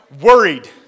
Worried